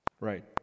Right